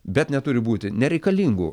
bet neturi būti nereikalingų